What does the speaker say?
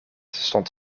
stond